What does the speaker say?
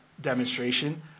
demonstration